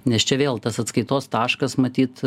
nes čia vėl tas atskaitos taškas matyt